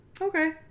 okay